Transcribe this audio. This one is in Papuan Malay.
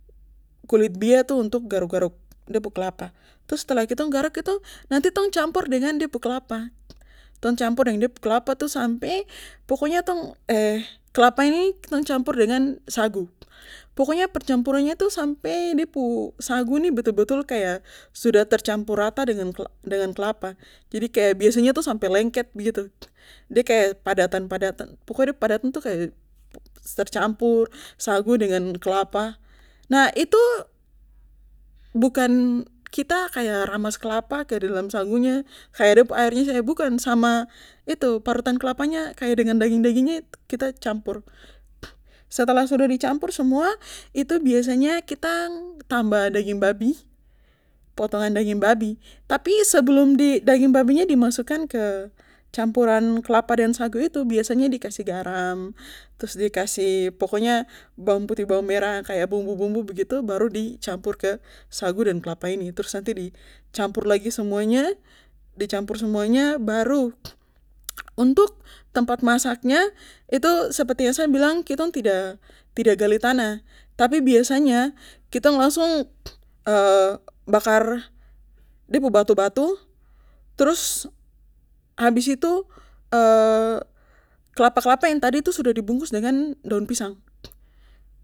Kulit bia itu untuk garuk garuk de pu kelapa trus setelah tong garuk itu nanti tong campur dengan de pu kelapa tong campur deng de pu kelapa sampe pokoknya tong kelapa nih kitong campur dengan sagu pokoknya percampurannya itu sampe de pu sagu nih betul betul kaya sudah tercampur rata dengan dengan kela dengan kelapa jadi kaya biasanya tuh sampe lengket begitu de kaya padatan padatan pokoknya de padatan itu kaya tercampur sagu dengan kelapa nah itu bukan kita kaya ramas kelapa kaya di dalam sagunya kaya de pu airnya bukan sama itu parutan kelapanya kaya dengan daging daging nya itu kita campur setelah sudah di campur semua itu biasanya kita tambah daging babi potongan daging babi tapi sebelum di daging babi itu di masukan ke campuran kelapa dan sagu itu biasanya di kasih garam trus di kasih pokoknya bawang putih bawang merah kaya bumbu bumbu begitu baru di campur ke sagu dan kelapa ini trus nanti di campur lagi semuanya di campur semuanya baru untuk tempat masaknya itu seperti yang sa bilang kitong tidak tidak gali tanah tapi biasanya kitong langsung bakar de pu batu batu trus habis itu kelapa kelapa yang tadi tuh sudah di bungkus dengan daun pisang